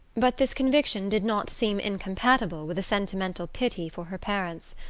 but this conviction did not seem incompatible with a sentimental pity for her parents.